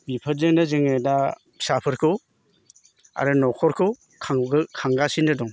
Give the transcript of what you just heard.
बिफोरजोंनो जोङो दा फिसाफोरखौ आरो नख'रखौ खांगो खांगासिनो दं